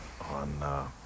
on